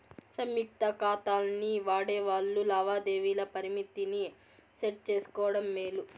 సంయుక్త కాతాల్ని వాడేవాల్లు లావాదేవీల పరిమితిని సెట్ చేసుకోవడం మేలు